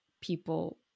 people